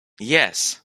yes